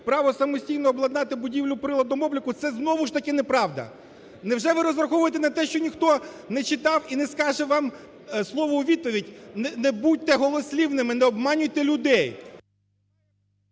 право самостійно обладнати будівлю приладом обліку, це знову ж таки неправда. Невже ви розраховуєте на те, що ніхто не читав і не скаже вам слово у відповідь. Не будьте голослівними, не обманюйте людей.